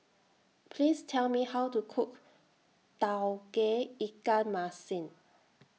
Please Tell Me How to Cook Tauge Ikan Masin